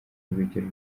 urugero